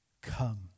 come